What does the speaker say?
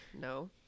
No